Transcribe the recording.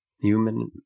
Human